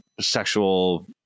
sexual